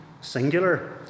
singular